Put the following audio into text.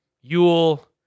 Yule